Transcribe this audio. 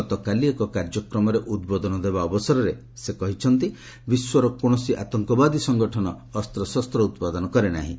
ଗତକାଲି ଏକ କାର୍ଯ୍ୟକ୍ରମରେ ଉଦ୍ବୋଧନ ଦେବା ଅବସରରେ ସେ କହିଛନ୍ତି ଯେ ବିଶ୍ୱର କୌଣସି ଆତଙ୍କବାଦୀ ସଂଗଠନ ଅସ୍ତ୍ରଶସ୍ତ ଉତ୍ପାଦନ କରେନାହିଁ